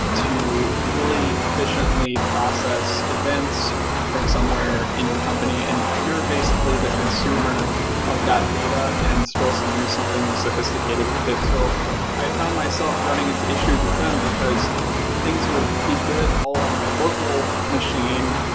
to really efficiently process events from somewhere in your company. and you're basically the consumer of that data and supposed to do something sophisticated with it. so i found myself running into issues with them, because things would be good all on my local machine,